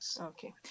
Okay